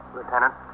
Lieutenant